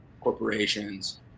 corporations